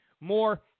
more